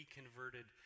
converted